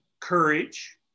courage